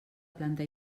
planta